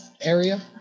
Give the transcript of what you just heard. area